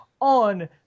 on